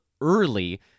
early